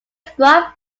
squad